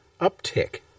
uptick